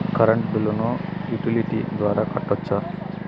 Current బిల్లును utility ద్వారా కట్టొచ్చా?